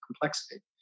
complexity